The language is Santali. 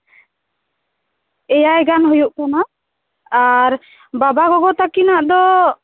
ᱮᱭᱟᱭ ᱜᱟᱱ ᱦᱩᱭᱩᱜ ᱠᱟᱱᱟ ᱟᱨ ᱵᱟᱵᱟᱼᱜᱚᱜᱚ ᱛᱟᱹᱠᱤᱱᱟᱜ ᱫᱚ